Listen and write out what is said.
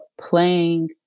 playing